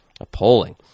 appalling